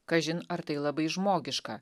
kažin ar tai labai žmogiška